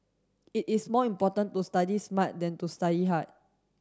it is more important to study smart than to study hard